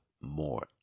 more